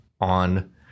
on